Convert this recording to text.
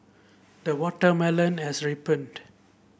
the watermelon has ripened